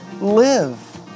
live